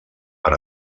per